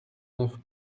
neuf